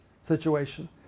situation